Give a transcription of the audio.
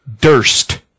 Durst